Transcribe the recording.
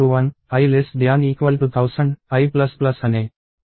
మనకి i1i1000i అనే for loop ఉంది